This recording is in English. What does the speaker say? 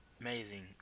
Amazing